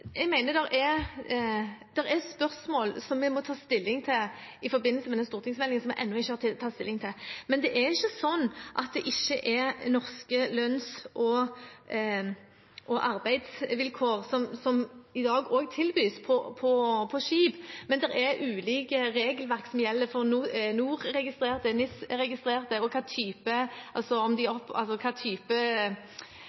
Jeg mener at det er spørsmål som vi må ta stilling til i forbindelse med den stortingsmeldingen som vi ennå ikke har tatt stilling til. Det er ikke slik at det ikke også er norske lønns- og arbeidsvilkår som i dag tilbys på skip, men det er ulike regelverk som gjelder for NOR-registrerte og for NIS-registrerte, og hvordan de driver i våre farvann, som gir ulike bestemmelser og ulikt regelverk. Det er